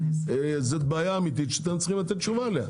זאת בעיה אמיתית שאתם צריכים לתת תשובה עליה.